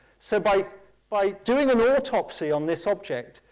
so by by doing an autopsy on this object,